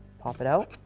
pop it out.